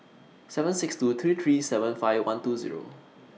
seven six two three three seven five one two Zero